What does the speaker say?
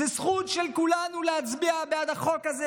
זו זכות של כולנו להצביע בעד החוק הזה,